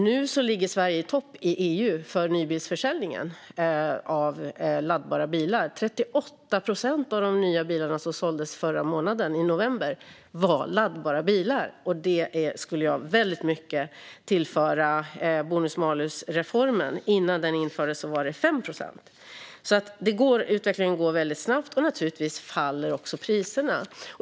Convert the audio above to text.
Nu ligger Sverige i topp i EU för nybilsförsäljningen av laddbara bilar - 38 procent av de nya bilar som såldes i november var laddbara. Det skulle jag väldigt mycket vilja tillskriva bonus-malus-reformen. Innan den infördes var det 5 procent. Utvecklingen går alltså väldigt snabbt, och naturligtvis faller också priserna.